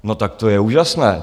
No tak to je úžasné!